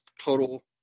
total